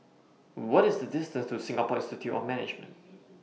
What IS The distance to Singapore Institute of Management